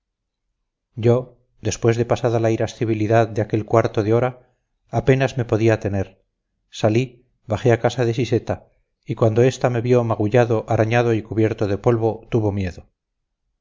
yo después de pasada la irascibilidad de aquel cuarto de hora apenas me podía tener salí bajé a casa de siseta y cuando esta me vio magullado arañado y cubierto de polvo tuvo miedo